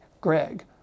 Greg